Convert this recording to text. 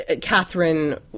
Catherine